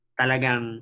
talagang